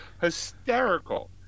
hysterical